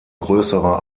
größerer